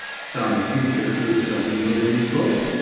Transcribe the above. some future truths are mingled in his book,